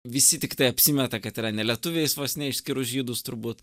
visi tiktai apsimeta kad yra ne lietuviais vos ne išskyrus žydus turbūt